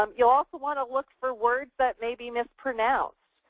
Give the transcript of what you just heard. um you also want to look for words that maybe mispronounced.